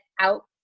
out